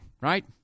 right